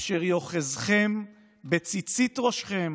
/ אשר יאחזכם בציצית ראשכם